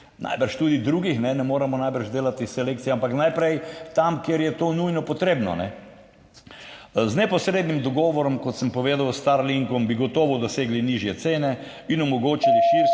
najbrž tudi drugih, ne moremo najbrž delati selekcije, ampak najprej tam, kjer je to nujno potrebno. Z neposrednim dogovorom, kot sem povedal, s Starlinkom bi gotovo dosegli nižje cene in omogočili širši